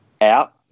out